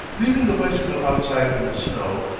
leaving the bicycle outside in the snow,